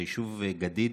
מהיישוב גדיד,